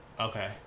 Okay